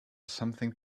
something